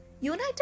United